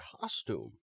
costume